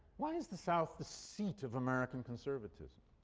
why is the south the seat of american conservatism?